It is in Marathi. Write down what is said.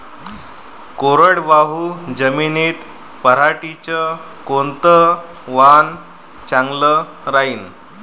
कोरडवाहू जमीनीत पऱ्हाटीचं कोनतं वान चांगलं रायीन?